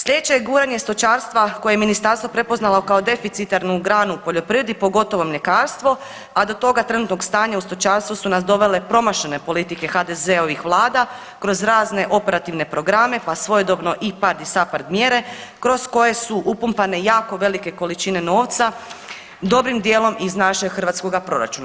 Sljedeće je guranje stočarstva koje je Ministarstvo prepoznalo kao deficitarnu granu u poljoprivredi, pogotovo mljekarstvo, a do toga trenutnog stanja u stočarstvu su nas dovele promašene politike HDZ-ovih vlada kroz razne operativne programe pa svojedobno IPARD i SAPARD mjere kroz koje su upumpane jako velike količine novca, dobrim dijelom iz našeg hrvatskoga proračuna.